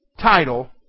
title